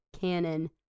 Cannon